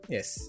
Yes